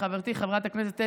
חברי הכנסת,